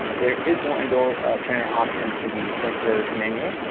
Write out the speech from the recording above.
there is no indoor trainer option in the sensor menu.